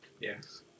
Yes